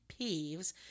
peeves